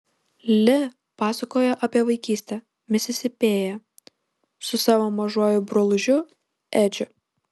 li pasakojo apie vaikystę misisipėje su savo mažuoju brolužiu edžiu